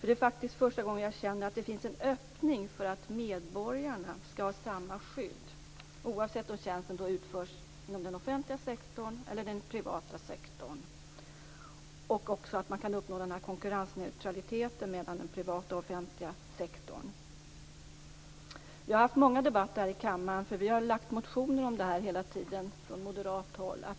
Det är faktiskt första gången som jag känner att det finns en öppning för att medborgarna skall ha samma skydd oavsett om tjänsten utförs inom den offentliga eller den privata sektorn och också för att man skall uppnå konkurrensneutralitet mellan den privata och den offentliga sektorn. Vi har haft många debatter om detta i kammaren. Vi har väckt motioner om detta hela tiden från moderat håll.